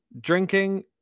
drinking